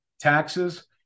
taxes